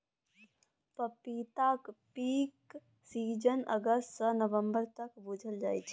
पपीताक peak season अगस्त सँ नबंबर तक बुझल जाइ छै